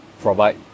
provide